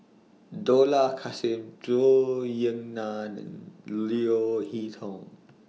Dollah Kassim Zhou Ying NAN and Leo Hee Tong